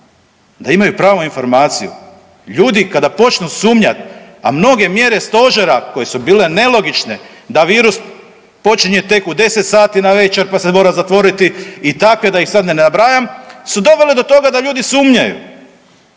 da imaju pravu informaciju. Ljudi kada počnu sumnjati, a mnoge mjere stožera koje su bile nelogične da virus počinje tek u 10 sati navečer pa se mora zatvoriti i takve da ih sad ne nabrajam su dovele do toga da ljudi sumnjaju.